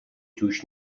توش